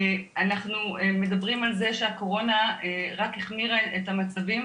אנחנו מדברים על זה שהקורונה רק החמירה את המצבים,